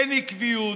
אין עקביות,